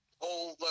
over